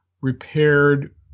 repaired